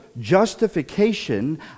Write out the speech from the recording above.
justification